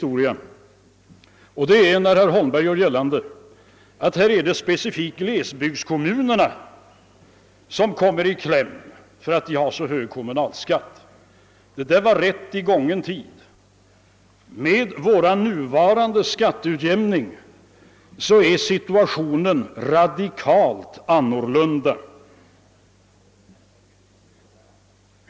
Herr Holmberg gjorde nämligen gällande att särskilt glesbygderna kommer i kläm därför att man där har så hög kommunalskatt. Det där var rätt i gången tid, men med nuvarande skatteutjämning är situationen radikalt annorlunda.